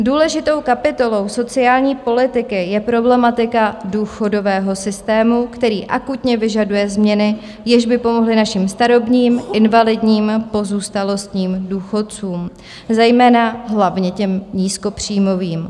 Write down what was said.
Důležitou kapitolou sociální politiky je problematika důchodového systému, který akutně vyžaduje změny, jež by pomohly našim starobním, invalidním, pozůstalostním důchodcům, zejména hlavně těm nízkopříjmovým.